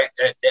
right